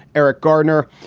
eric garner,